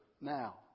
now